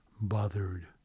bothered